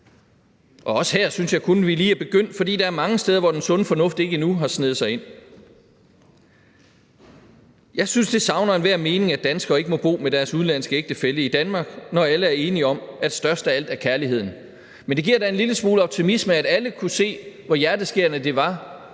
Også her synes jeg kun vi lige er begyndt, for der er mange steder, hvor den sunde fornuft ikke har sneget sig ind endnu. Jeg synes, det savner enhver mening, at danskere ikke må bo med deres udenlandske ægtefælle i Danmark, når alle er enige om, at størst af alt er kærligheden. Men det giver da en lille smule optimisme, at alle kunne se, hvor hjerteskærende det var,